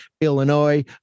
Illinois